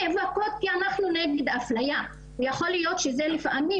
נאבקות כי אנחנו נגד אפליה יכול להיות שזה לפעמים